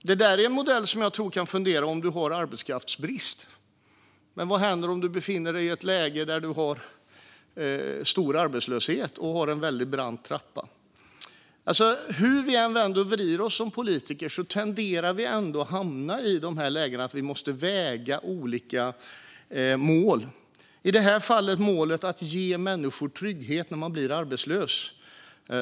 Det är en modell som jag tror kan fungera om det är arbetskraftsbrist, men vad händer om man har en stor arbetslöshet och en brant trappa? Hur vi än vänder och vrider oss som politiker tenderar vi att hamna i lägen där vi måste väga olika mål, i det här fallet målet att ge människor trygghet om de blir arbetslösa.